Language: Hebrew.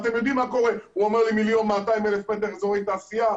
הוא אומר לי 1,200,000 מטר אזורי תעשייה?